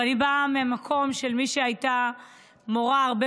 ואני באה ממקום של מי שהייתה מורה הרבה